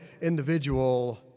individual